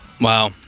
Wow